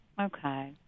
Okay